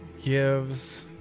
gives